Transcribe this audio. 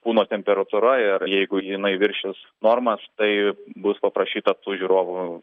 kūno temperatūra ir jeigu jinai viršys normas tai bus paprašyta tų žiūrovų